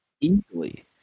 Easily